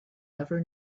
ever